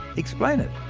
explain it?